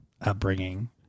upbringing